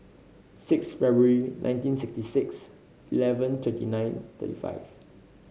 sixth February nineteen sixty six eleven twenty nine thirty five